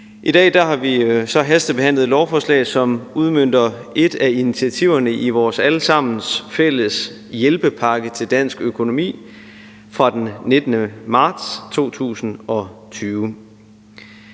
I dag har vi så hastebehandlet et lovforslag, som udmønter et af initiativerne i vores alle sammens fælles hjælpepakke til dansk økonomi fra den 19. marts 2020.